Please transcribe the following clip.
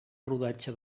rodatge